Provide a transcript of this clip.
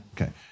Okay